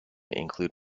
include